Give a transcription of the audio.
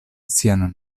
sian